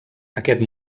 aquest